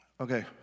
Okay